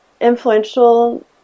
influential